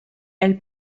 elle